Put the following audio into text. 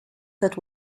that